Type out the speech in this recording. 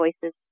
voices